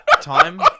time